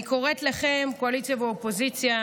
אני קוראת לכם, קואליציה ואופוזיציה,